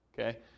okay